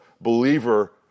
believer